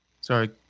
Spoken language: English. Sorry